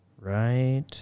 Right